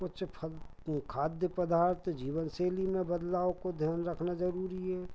कुछ खाद्य पदार्थ जीवन शैली में बदलाव को ध्यान रखना ज़रूरी है